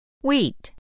Wheat